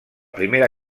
primera